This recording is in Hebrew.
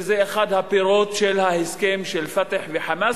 וזה אחד הפירות של ההסכם של "פתח" ו"חמאס",